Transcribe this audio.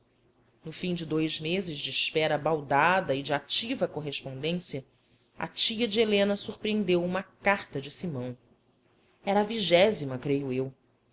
no fim de dois meses de espera baldada e de ativa correspondência a tia de helena surpreendeu uma carta de simão era a vigésima creio eu